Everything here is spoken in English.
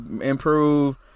Improve